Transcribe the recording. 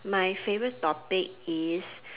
my favourite topic is